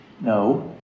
No